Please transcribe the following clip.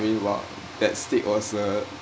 I mean !wow! that stick was a